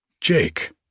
Jake